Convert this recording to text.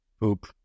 poop